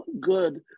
good